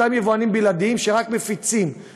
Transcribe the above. אותם יבואנים בלעדיים שרק מפיצים,